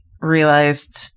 realized